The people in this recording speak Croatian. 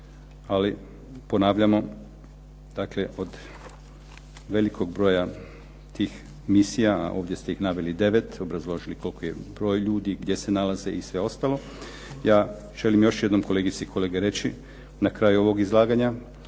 ali ponavljamo, dakle od velikog broja tih misija, ovdje ste ih naveli devet, obrazložili koliki je broj ljudi, gdje se nalaze i sve ostalo, ja želim još jednom kolegice i kolege reći na kraju ovog izlaganja